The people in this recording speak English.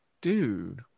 Dude